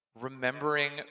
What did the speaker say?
remembering